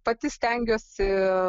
pati stengiuosi